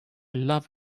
love